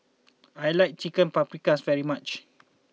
I like Chicken Paprikas very much